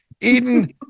Eden